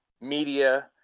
media